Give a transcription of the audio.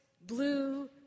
blue